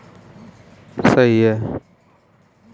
मेरी सालाना आय एक लाख होने के कारण मुझको आयकर नहीं भरना पड़ता